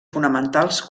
fonamentals